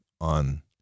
on